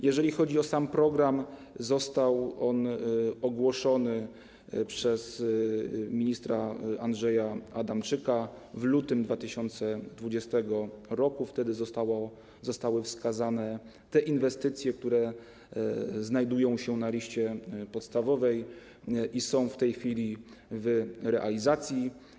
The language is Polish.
Jeżeli chodzi o sam program, został on ogłoszony przez ministra Andrzeja Adamczyka w lutym 2020 r., wtedy zostały wskazane te inwestycje, które znajdują się na liście podstawowej i są w tej chwili w realizacji.